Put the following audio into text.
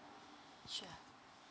sure